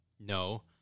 No